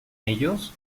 ellos